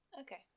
Okay